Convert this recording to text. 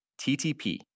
TTP